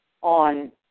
on